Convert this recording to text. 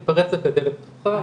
אז את מתפרצת לדלת פתוחה.